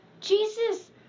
Jesus